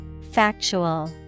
Factual